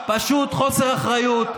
פשוט חוסר אחריות,